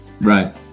right